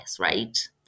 right